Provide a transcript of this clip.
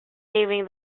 saving